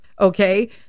okay